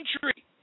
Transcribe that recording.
country